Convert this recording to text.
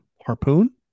harpoon